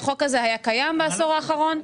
החוק הזה היה קיים בעשור האחרון,